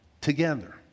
together